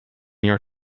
your